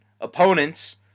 opponents